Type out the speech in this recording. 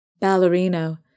Ballerino